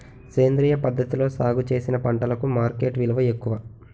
సేంద్రియ పద్ధతిలో సాగు చేసిన పంటలకు మార్కెట్ విలువ ఎక్కువ